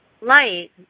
light